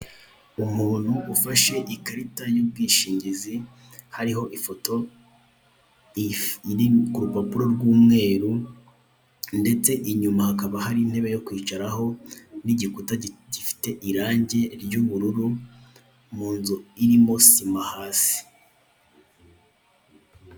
Umuntu ufashe ikarita y'ubwishingizi hariho ifoto iri ku rupapuro rw'umweru ndetse inyuma hakaba hari intebe yo kwicaraho n'igikuta gifite irangi ry'ubururu mu nzu irimo sima hasi.